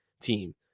team